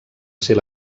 ser